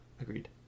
Agreed